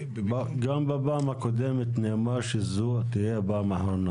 גם בפעם הקודמת נאמר שזאת תהיה הפעם האחרונה.